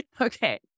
Okay